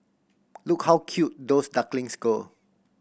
look how cute those ducklings go